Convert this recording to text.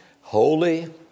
holy